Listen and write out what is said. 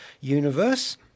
universe